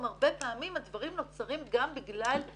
הרבה פעמים הדברים נוצרים גם בגלל קושי משפחתי.